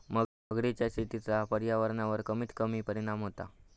मगरीच्या शेतीचा पर्यावरणावर कमीत कमी परिणाम होता